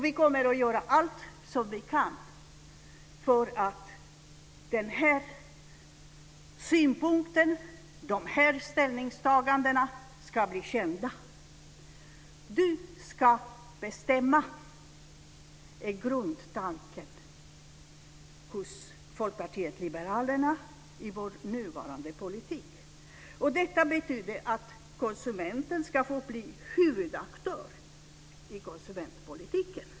Vi kommer att göra allt som vi kan för att den här synpunkten och de här ställningstagandena ska bli kända. "Du ska bestämma" är grundtanken hos Folkpartiet liberalerna i vår nuvarande politik. Detta betyder att konsumenten ska få bli huvudaktör i konsumentpolitiken.